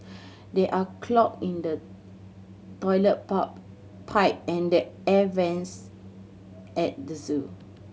there are clog in the toilet pop pipe and the air vents at the zoo